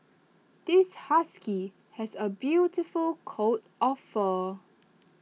this husky has A beautiful coat of fur